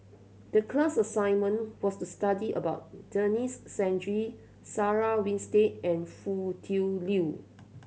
the class assignment was to study about Denis Santry Sarah Winstedt and Foo Tui Liew